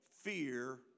fear